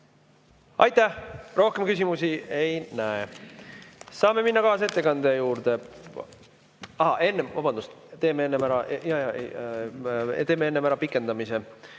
Aitäh! Rohkem küsimusi ei näe. Saame minna kaasettekande juurde. Aa, vabandust! Teeme enne ära pikendamise.